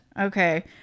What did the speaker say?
Okay